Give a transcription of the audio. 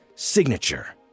signature